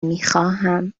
میخواهم